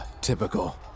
typical